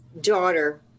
Daughter